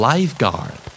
Lifeguard